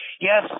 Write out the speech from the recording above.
yes